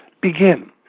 begin